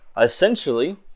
essentially